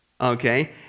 okay